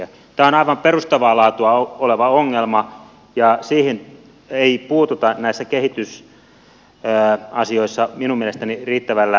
tämä on aivan perustavaa laatua oleva ongelma ja siihen ei puututa näissä kehitysasioissa minun mielestäni riittävällä tehokkuudella